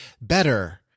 better